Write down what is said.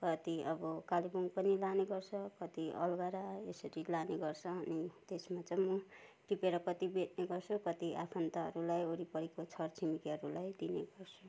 कति अब कालेबुङ पनि लाने गर्छ कति अलगढा यसरी लाने गर्छ अनि त्यसमा चाहिँ म टिपेर कति बेच्ने गर्छु कति आफन्तहरूलाई ओरिपरिको छरछिमेकीहरूलाई दिने गर्छु